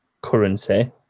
currency